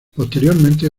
posteriormente